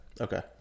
Okay